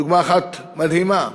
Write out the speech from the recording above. דוגמה אחת מדהימה,